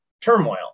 turmoil